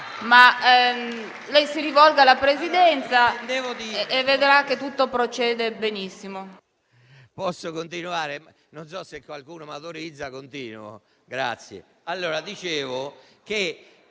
parlare. Si rivolga alla Presidenza e vedrà che tutto procederà benissimo.